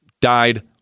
Died